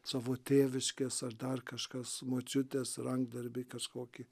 savo tėviškės ar dar kažkas močiutės rankdarbiai kažkokį